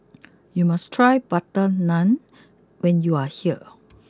you must try Butter Naan when you are here